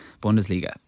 Bundesliga